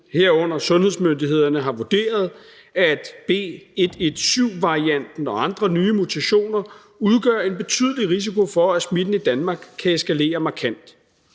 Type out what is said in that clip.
herunder sundhedsmyndighederne, har vurderet, at B117-varianten og andre nye mutationer udgør en betydelig risiko for, at smitten i Danmark kan eskalere markant.